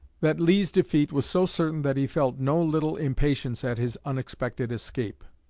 that lee's defeat was so certain that he felt no little impatience at his unexpected escape.